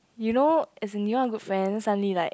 you know as in you all good friend suddenly like